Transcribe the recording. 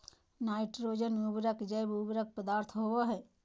nitrogen उर्वरक जैव उर्वरक पदार्थ होबो हइ